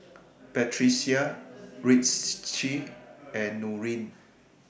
Batrisya Rizqi and Nurin